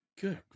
Good